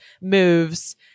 moves